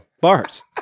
Bars